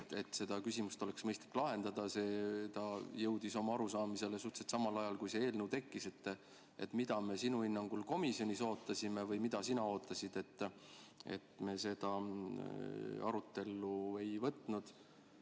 et seda küsimust oleks mõistlik lahendada, siis ta jõudis oma arusaamisele suhteliselt samal ajal, kui see eelnõu tekkis. Mida me sinu hinnangul komisjonis ootasime? Või mida sina ootasid, et me seda arutellu ei võtnud?